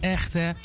Echte